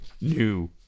new